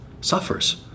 suffers